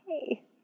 hey